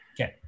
Okay